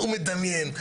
ההוא מדמיין,